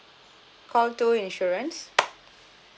call two insurance